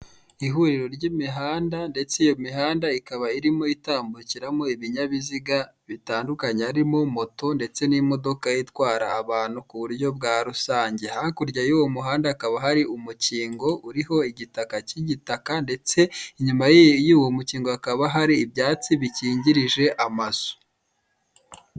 Ihuriro ry'imihanda ndetse iyo mihanda ikaba irimo itambukiramo ibinyabiziga bitandukanye, harimo moto ndetse n'imodoka itwara abantu mu buryo bwa rusange. Hakurya y'uwo muhanda hakaba hari umukingo uriho igitaka cy'igitaka ndetse inyuma ye y'uwo mukingo hakaba hari ibyatsi bikingirije amazu.